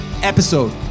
episode